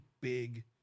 big